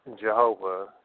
Jehovah